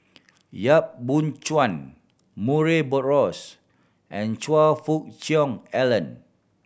Yap Boon Chuan Murray Buttrose and Choe Fook Cheong Alan